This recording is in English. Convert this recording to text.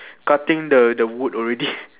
cutting the the wood already